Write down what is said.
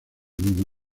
mismo